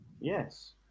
yes